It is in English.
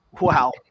Wow